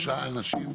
שלושה אנשים?